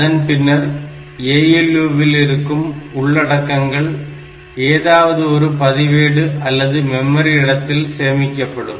அதன் பின்னர் ALU வில் இருக்கும் உள்ளடக்கங்கள் ஏதாவது ஒரு பதிவேடு அல்லது மெமரி இடத்தில் சேமிக்கப்படும்